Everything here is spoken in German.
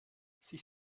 sich